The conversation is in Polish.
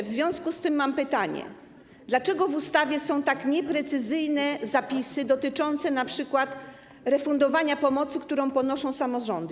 W związku z tym mam pytanie: Dlaczego w ustawie są tak nieprecyzyjne zapisy dotyczące np. refundowania kosztów pomocy, które ponoszą samorządy?